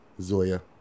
Zoya